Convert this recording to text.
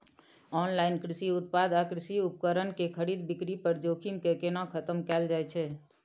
Online कृषि उत्पाद आ कृषि उपकरण के खरीद बिक्री पर जोखिम के केना खतम कैल जाए छै?